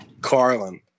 Carlin